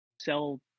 sell